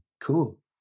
Cool